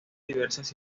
diversas